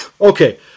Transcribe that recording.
okay